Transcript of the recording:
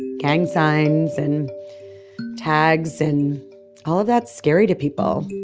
gang signs and tags and all of that's scary to people.